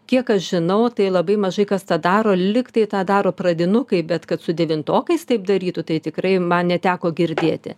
kiek aš žinau tai labai mažai kas tą daro lik tai tą daro pradinukai bet kad su devintokais taip darytų tai tikrai man neteko girdėti